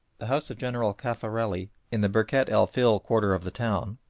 the house of general cafarelli in the birket el fil quarter of the town,